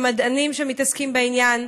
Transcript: למדענים שמתעסקים בעניין,